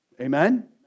Amen